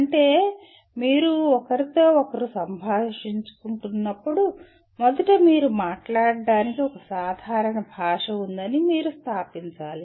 అంటే మీరు ఒకరితో ఒకరు సంభాషించుకుంటున్నప్పుడు మొదట మీరు మాట్లాడటానికి ఒక సాధారణ భాష ఉందని మీరు స్థాపించాలి